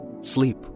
sleep